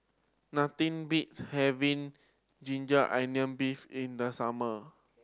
nothing beats having ginger onion beef in the summer